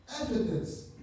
Evidence